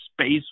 Space